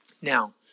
Now